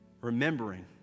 Remembering